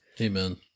Amen